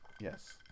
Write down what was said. Yes